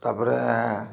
ତାପରେ